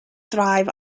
thrive